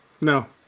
No